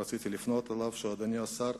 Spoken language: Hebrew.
רציתי לפנות אליו: אדוני השר,